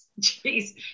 jeez